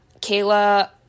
Kayla